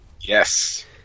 Yes